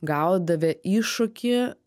gaudavę iššūkį